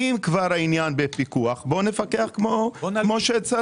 אם כבר העניין בפיקוח, בואו נפקח כמו שצריך.